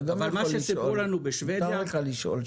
אתה גם יכול לשאול, מותר לך לשאול.